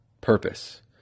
Purpose